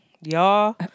Y'all